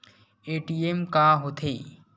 ATM का होथे?